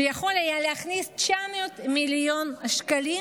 שיכול היה להכניס 900 מיליון שקלים